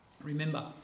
Remember